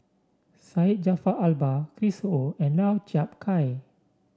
Syed Jaafar Albar Chris Ho and Lau Chiap Khai